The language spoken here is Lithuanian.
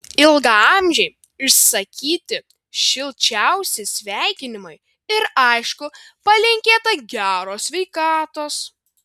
ilgaamžei išsakyti šilčiausi sveikinimai ir aišku palinkėta geros sveikatos